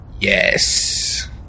Yes